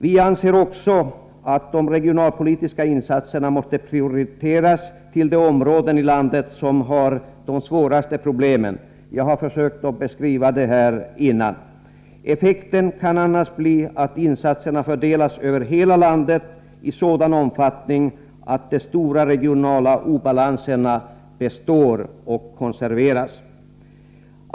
Vi anser'också att de regionalpolitiska insatserna måste prioriteras till de områden i landet som har de svåraste problemen och som jag tidigare varit inne på. Effekten kan annars bli att insatserna fördelas över hela landet i sådan omfattning att de stora regionala obalanserna består och konserveras.